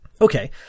Okay